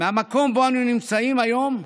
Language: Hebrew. מהמקום שבו אנו נמצאים היום,